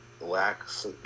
lacks